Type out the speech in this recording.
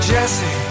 Jesse